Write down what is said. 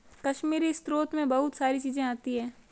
कश्मीरी स्रोत मैं बहुत सारी चीजें आती है